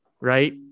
right